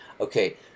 okay